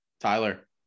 Tyler